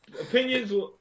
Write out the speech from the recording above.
opinions